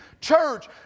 church